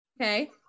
Okay